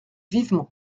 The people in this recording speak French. vivement